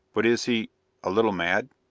but is he a little mad?